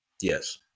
Yes